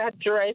address